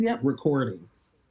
recordings